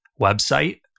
website